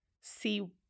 see